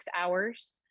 hours